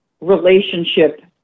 relationship